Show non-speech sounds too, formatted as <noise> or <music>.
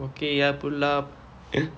okay ya pull up <laughs>